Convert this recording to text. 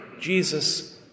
Jesus